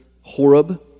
Horeb